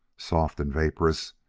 soft and vaporous,